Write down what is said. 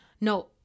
no